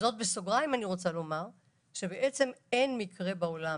בסוגריים אני רוצה לומר שאין מקרה בעולם